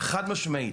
חד משמעית.